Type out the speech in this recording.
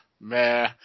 Meh